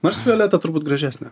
nors violeta turbūt gražesnė